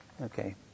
Okay